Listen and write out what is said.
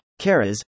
Keras